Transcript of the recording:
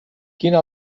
quina